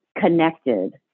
connected